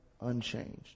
unchanged